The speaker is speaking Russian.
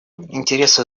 интересы